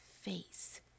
face